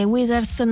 Withers